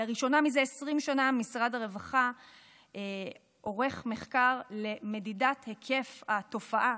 לראשונה זה 20 שנה משרד הרווחה עורך מחקר למדידת היקף התופעה.